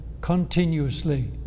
continuously